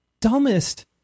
dumbest